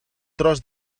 tros